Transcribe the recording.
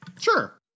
Sure